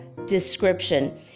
description